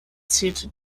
zierte